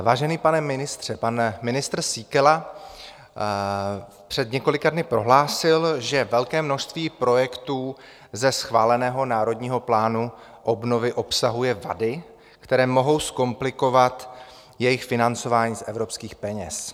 Vážený pane ministře, pan ministr Síkela před několika dny prohlásil, že velké množství projektů ze schváleného Národního plánu obnovy obsahuje vady, které mohou zkomplikovat jejich financování z evropských peněz.